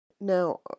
Now